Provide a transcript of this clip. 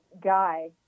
guy